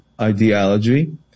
ideology